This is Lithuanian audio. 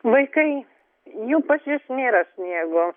vaikai jau pas jus nėra sniego